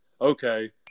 okay